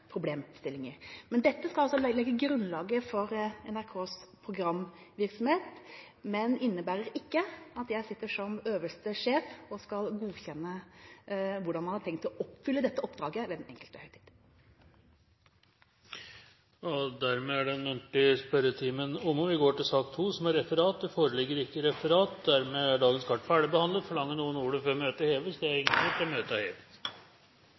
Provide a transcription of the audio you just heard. problemstillinger. Dette skal legge grunnlaget for NRKs programvirksomhet, men innebærer ikke at jeg sitter som øverste sjef og skal godkjenne hvordan man har tenkt å oppfylle dette oppdraget ved den enkelte høytid. Dermed er den muntlige spørretimen omme. Det foreligger ikke noe referat. Dermed er dagens kart ferdigbehandlet. Forlanger noen ordet før møtet heves? – Møtet er hevet.